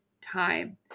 time